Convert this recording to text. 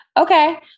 Okay